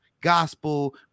gospel